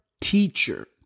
teacher